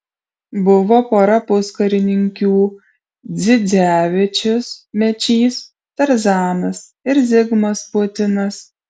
buvo pora puskarininkių dzidzevičius mečys tarzanas ir zigmas putinas